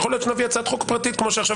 יכול להיות שנביא הצעת חוק פרטית כמו שעכשיו